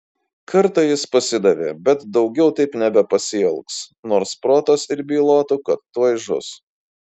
kartą jis pasidavė bet daugiau taip nebepasielgs nors protas ir bylotų kad tuoj žus